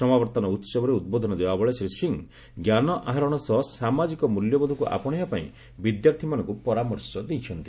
ସମାବର୍ତ୍ତନ ଉହବରେ ଉଦ୍ବୋଧନ ଦେବାବେଳେ ଶ୍ରୀ ସିଂହ ଜ୍ଞାନ ଆହରଣ ସହ ସାମାଜିକ ମୃଲ୍ୟବୋଧକୁ ଆପଣେଇବା ପାଇଁ ବିଦ୍ୟାର୍ଥିମାନଙ୍କୁ ପରାମର୍ଶ ଦେଇଛନ୍ତି